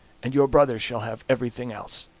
and your brother shall have everything else.